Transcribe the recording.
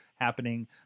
happening